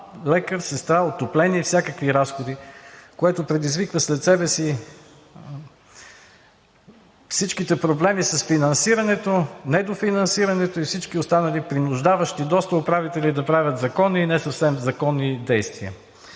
лекар, сестра, отопление, всякакви разходи, което предизвиква след себе си всичките проблеми с финансирането, недофинансирането и всички останали принуждаващи доста управители да правят законни и не съвсем законни действия.